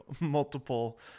multiple